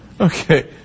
Okay